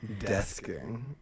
desking